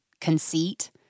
conceit